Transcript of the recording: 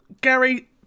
gary